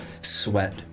sweat